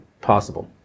possible